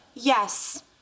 Yes